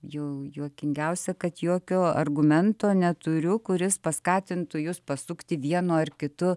juokingiausia kad jokio argumento neturiu kuris paskatintų jus pasukti vienu ar kitu